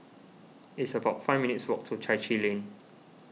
it's about five minutes' walk to Chai Chee Lane